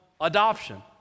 adoption